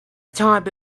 type